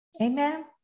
Amen